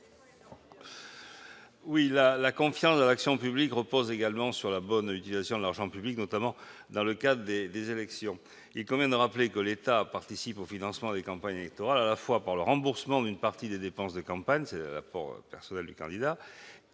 La confiance dans l'action publique repose également sur la bonne utilisation de l'argent public, notamment dans le cadre des élections. Il convient de rappeler que l'État participe au financement des campagnes électorales à la fois par le remboursement d'une partie des dépenses de campagne- c'est l'apport personnel du candidat